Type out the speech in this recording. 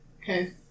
Okay